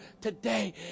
today